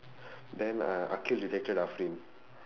then uh akhil rejected